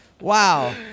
wow